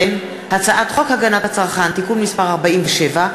הצעת חוק הגנת הצרכן (תיקון מס' 47),